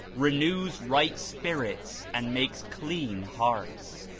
renews right spirits and makes clean hearts.